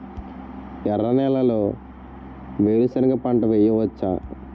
ఎర్ర నేలలో వేరుసెనగ పంట వెయ్యవచ్చా?